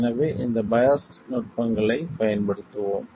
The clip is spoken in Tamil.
எனவே இந்த பையாஸ் நுட்பங்களைப் பயன்படுத்துவோம்